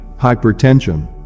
hypertension